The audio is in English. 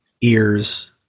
ears